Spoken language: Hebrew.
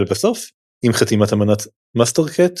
ולבסוף - עם חתימת אמנת מאסטריכט